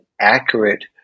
accurate